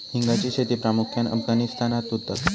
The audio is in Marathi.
हिंगाची शेती प्रामुख्यान अफगाणिस्तानात होता